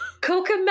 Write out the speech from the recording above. coca